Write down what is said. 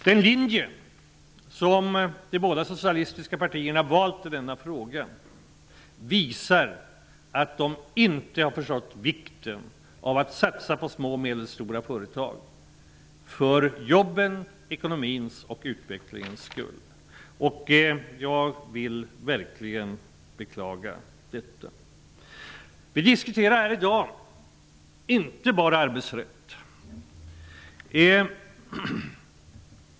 Den linje som de båda socialistiska partierna har valt i denna fråga visar att de inte har förstått vikten av att satsa på små och medelstora företag för jobbens, ekonomins och utvecklingens skull. Jag beklagar verkligen detta. I dag diskuterar vi inte bara arbetsrätten i framtiden.